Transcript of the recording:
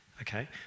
okay